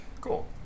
Cool